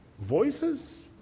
voices